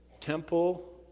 temple